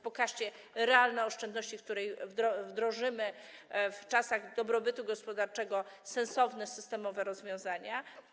Pokażcie realne oszczędności, które wdrożymy w czasach dobrobytu gospodarczego, sensowne, systemowe rozwiązania.